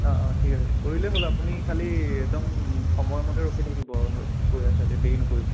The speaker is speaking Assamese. অঁ অঁ ঠিক আছে কৰিলেই হ'ল আপুনি খালী একদম সময়মতে ৰখি থাকিব আৰু পৰিয়া চাৰিআলিত দেৰি নকৰিব